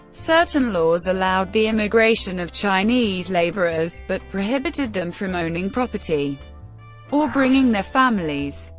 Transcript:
certain laws allowed the immigration of chinese laborers, but prohibited them from owning property or bringing their families.